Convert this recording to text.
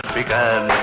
began